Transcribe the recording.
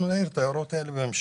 אנחנו נעיר את ההערות האלה בהמשך.